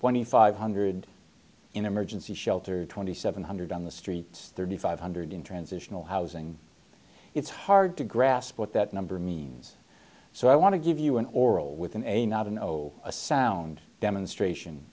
twenty five hundred in emergency shelters twenty seven hundred on the streets thirty five hundred in transitional housing it's hard to grasp what that number means so i want to give you an oral with an a not a know a sound demonstration